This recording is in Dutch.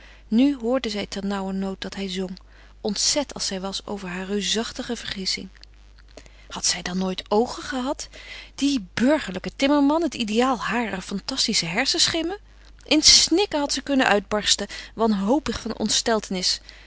nu hoorde zij ternauwernood dat hij zong ontzet als zij was over haar reusachtige vergissing had zij dan nooit oogen gehad die burgerlijke timmerman het ideaal harer fantastische hersenschimmen in snikken had zij kunnen uitbarsten wanhopig van ontsteltenis